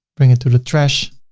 bring it to the trash